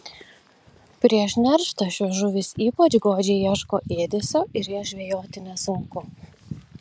prieš nerštą šios žuvys ypač godžiai ieško ėdesio ir jas žvejoti nesunku